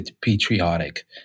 patriotic